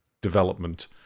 development